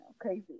crazy